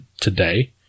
today